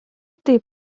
taip